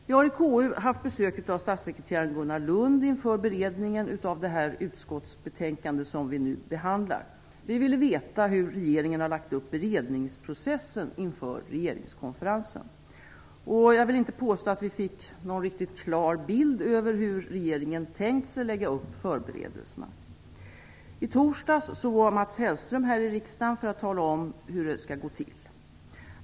Vi har i KU haft besök av statssekreterare Gunnar Lundh inför beredningen av det utskottsbetänkande vi nu behandlar. Vi ville veta hur regeringen lagt upp beredningsprocessen inför regeringskonferensen. Jag vill inte påstå att vi fick någon riktigt klar bild över hur regeringen tänkt sig lägga upp förberedelserna. I torsdags var Mats Hellström här i riksdagen för att tala om hur det skall gå till.